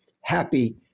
happy